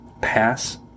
pass